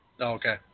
Okay